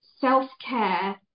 self-care